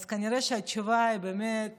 אז כנראה שהתשובה היא באמת